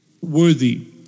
worthy